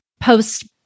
post